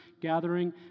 gathering